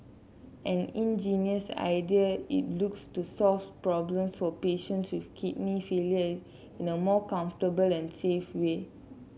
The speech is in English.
an ingenious idea it looks to solve problems for patient with kidney failure in a more comfortable and safe way